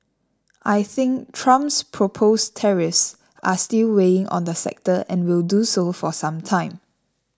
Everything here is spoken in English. I think Trump's proposed tariffs are still weighing on the sector and will do so for some time